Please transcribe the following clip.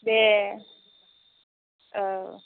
दे औ